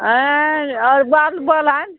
आँय आओर बादमे बोलायब